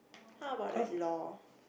how about like law